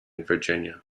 virginia